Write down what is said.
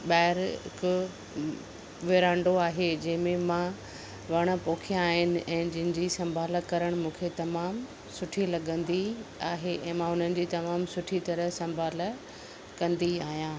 ॿाहिरि हिकु विरांडो आहे जंहिं में मां वण पोखियां आहिनि ऐं जिनि जी सम्भाल करण मूंखे तमाम सुठी लगन्दी आहे ऐं मां हुननि जी जाम सुठी तरह सम्भाल कन्दी आहियां